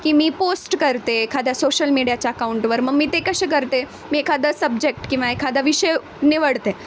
की मी पोस्ट करते एखाद्या सोशल मीडियाच्या अकाऊंटवर मग मी ते कसे करते मी एखादा सब्जेक्ट किंवा एखादा विषय निवडते